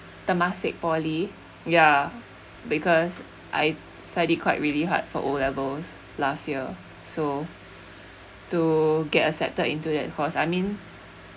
temasek poly ya because I study quite really hard for O levels last year so to get accepted into that course I mean